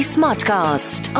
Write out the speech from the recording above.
Smartcast